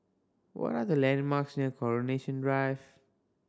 what are the landmarks near Coronation Drive